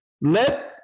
let